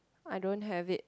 I don't have it